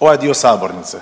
ovaj dio sabornice.